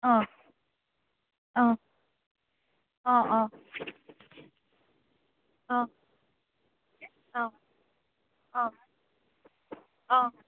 অ' অ' অ' অ' অ' অ' অ' অ'